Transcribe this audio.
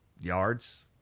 yards